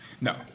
no